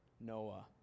Noah